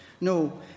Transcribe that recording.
No